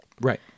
Right